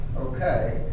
okay